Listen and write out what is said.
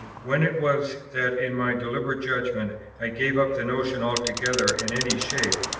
when it was that in my deliberate judgment i gave up the notion altogether in any shape,